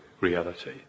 reality